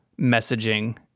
messaging